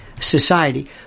society